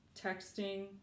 texting